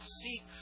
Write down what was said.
seek